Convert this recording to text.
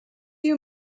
you